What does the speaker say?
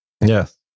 Yes